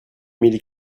mille